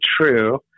true